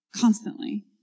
constantly